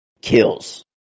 kills